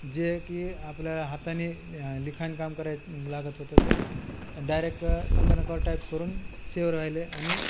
जे की आपल्या हातानी लिखाण काम करायला लागत होतं ते डायरेक् संगणकावर टाईप करून सेव राहिले आणि